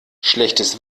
schlechtes